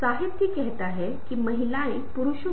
आप किस तरह से प्रस्तुत करते हैं यह बहुत महत्वपूर्ण है